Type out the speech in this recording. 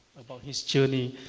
about his journey.